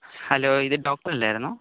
hello ഇത് ഡോക്ടറല്ലായിരുന്നോ